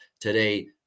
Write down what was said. today